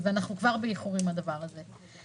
ואנחנו כבר באיחור עם הדבר הזה.